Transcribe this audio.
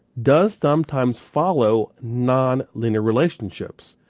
does sometimes follow non-linear relationships.